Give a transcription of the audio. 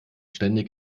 ständig